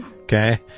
Okay